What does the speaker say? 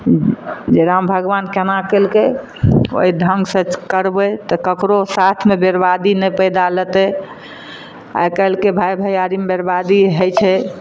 जे राम भगबान केना कयलकै ओहि ढङ्ग से करबै तऽ ककरो साथमे बरबादी नहि पैदा लेतै आइकाल्हिके भाय भैआरीमे बरबादी हइ छै